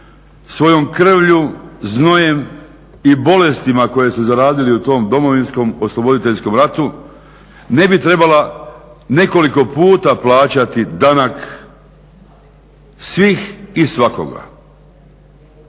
svojom krvlju, znojem i bolestima koje su zaradili u tom domovinskom osloboditeljskom ratu ne bi trebala nekoliko puta plaćati danak svih i svakoga.